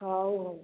ହେଉ ହେଉ